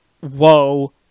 whoa